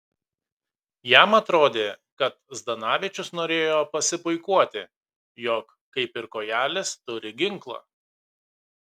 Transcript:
jam atrodė kad zdanavičius norėjo pasipuikuoti jog kaip ir kojelis turi ginklą